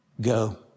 Go